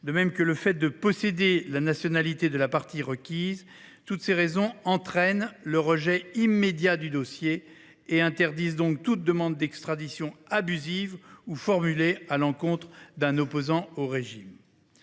ainsi que le fait de posséder la nationalité de la partie requise – entraînent le rejet immédiat du dossier et interdisent toute demande d’extradition abusive ou formulée à l’encontre d’un opposant au régime.